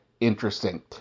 interesting